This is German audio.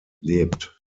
lebt